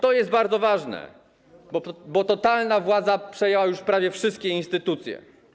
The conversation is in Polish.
To jest bardzo ważne, bo totalna władza przejęła już prawie wszystkie instytucje.